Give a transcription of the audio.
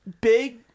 Big